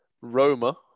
roma